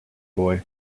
boy